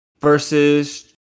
versus